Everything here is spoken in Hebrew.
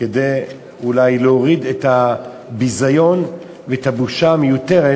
כדי להוריד אולי את הביזיון ואת הבושה המיותרת